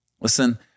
Listen